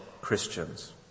Christians